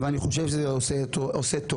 ואני חושב שזה עושה טוב.